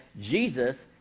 Jesus